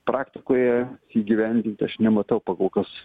praktikoje įgyvendinti aš nematau pakolkas